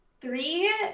three